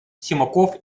симаков